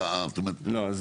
לא.